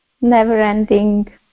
never-ending